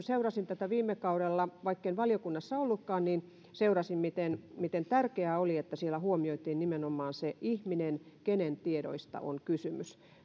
seurasin viime kaudella vaikken valiokunnassa ollutkaan miten miten tärkeää oli että tässä laissa huomioitiin nimenomaan se ihminen kenen tiedoista on kysymys